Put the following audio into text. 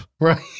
right